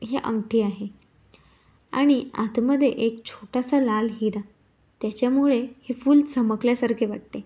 हे अंगठी आहे आणि आतमध्ये एक छोटासा लाल हिरा त्याच्यामुळे हे फूल चमकल्यासारखे वाटते